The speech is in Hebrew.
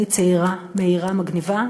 אני צעירה, מהירה, מגניבה,